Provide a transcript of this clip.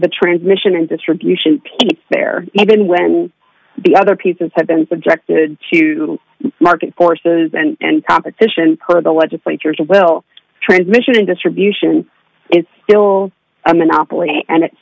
the transmission and distribution payments there even when the other pieces have been subjected to market forces and competition per the legislature's will transmission and distribution its bills a monopoly and it